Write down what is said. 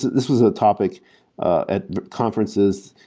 this was a topic at conferences.